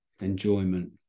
enjoyment